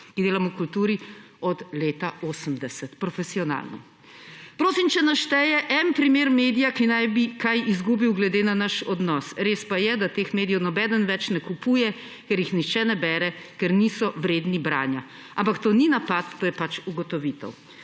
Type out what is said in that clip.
ki delam v kulturi od leta 1980 profesionalno. Prosim, če našteje en primer medija, ki naj bi kaj izgubil glede na naš odnos. Res pa je, da teh medijev nobeden več ne kupuje, ker jih nihče ne bere, ker niso vredni branja. **A**mpak to ni napad, to je pač ugotovitev.«